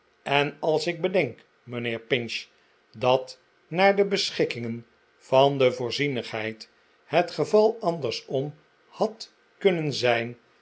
en als ik bedenk mijnheer pinch dat naar de beschikkingen van de voorzienigheid het geval andersom had kunnen zijn